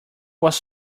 was